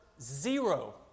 Zero